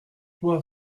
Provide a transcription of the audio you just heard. toux